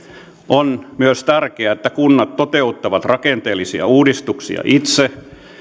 on myös tärkeää että kunnat toteuttavat rakenteellisia uudistuksia itse